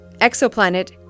Exoplanet